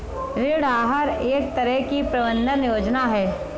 ऋण आहार एक तरह की प्रबन्धन योजना है